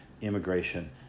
immigration